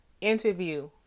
interview